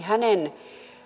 hänen